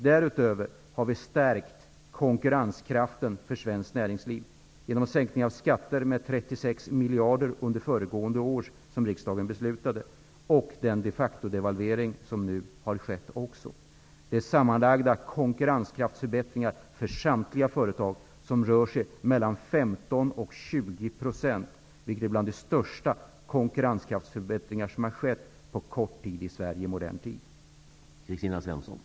Därutöver har konkurrenskraften för svenskt näringsliv stärkts, genom att skatterna under föregående år sänktes med 36 miljarder, som riksdagen beslutade, och genom den de factodevalvering som nu också har skett. Detta innebär sammanlagda konkurrenskraftsförbättringar på mellan 15 och 20 % för samtliga företag. Detta är en av de största konkurrenskraftsförbättringar som i modern tid har skett i Sverige.